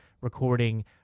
recording